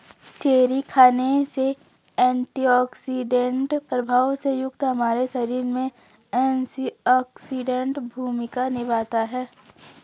cherry खाने से antioxidant प्रभाव से युक्त हमारे शरीर में एंटीऑक्सीडेंट भूमिका निभाता है